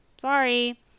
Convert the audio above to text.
sorry